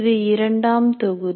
இது இரண்டாம் தொகுதி